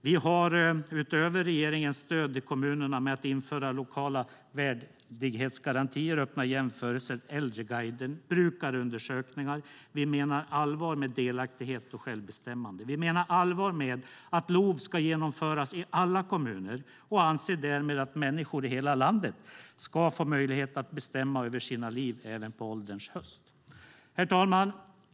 Vi vill utöver regeringens stöd till kommunerna införa lokala värdighetsgarantier, öppna jämförelser, äldreguide och brukarundersökningar. Vi menar allvar med delaktighet och självbestämmande. Vi menar allvar med att LOV ska genomföras i alla kommuner och anser därmed att människor i hela landet ska få möjlighet att bestämma över sina liv även på ålderns höst. Herr talman!